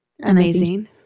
Amazing